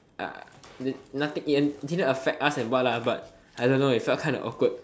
uh n~ nothing it didn't affect us and what lah but I don't know it felt kinda awkward